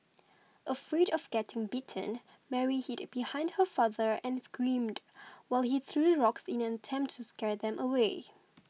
afraid of getting bitten Mary hid behind her father and screamed while he threw rocks in an attempt to scare them away